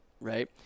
right